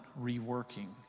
reworking